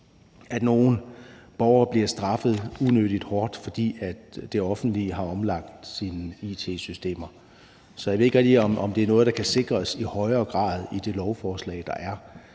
at nogle borgere bliver straffet unødig hårdt, fordi det offentlige har omlagt sine it-systemer. Jeg ved ikke rigtig, om det er noget, der kan sikres i højere grad i det lovforslag, der er.